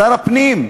שר הפנים,